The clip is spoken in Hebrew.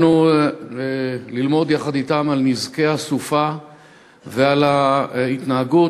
באנו ללמוד יחד אתם על נזקי הסופה ועל ההתנהגות